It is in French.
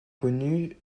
connu